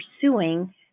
pursuing